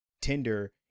Tinder